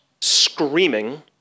screaming